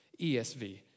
ESV